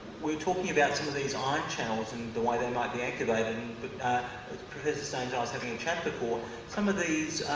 we're talking about some of these ion channels and the way they might be activated, but professor staines and i was having a chat before some of these,